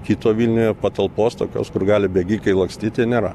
kito vilniuje patalpos tokios kur gali bėgikai lakstyti nėra